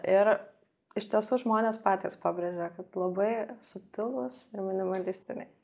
ir iš tiesų žmonės patys pabrėžia kad labai subtilūs ir minimalistiniai